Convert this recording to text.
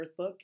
Earthbook